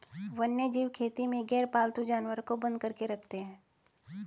वन्यजीव खेती में गैरपालतू जानवर को बंद करके रखते हैं